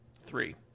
Three